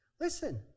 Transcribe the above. Listen